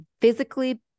physically